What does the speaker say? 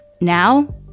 Now